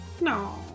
No